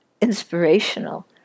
inspirational